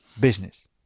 business